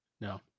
No